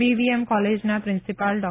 BVM કોલેજના principal ડો